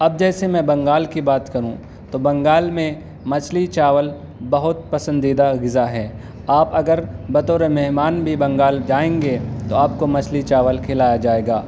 اب جیسے میں بنگال کی بات کروں تو بنگال میں مچھلی چاول بہت پسندیدہ غذا ہے آپ اگر بطور مہمان بھی بنگال جائیں گے تو آپ کو مچھلی چاول کھلایا جائے گا